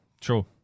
True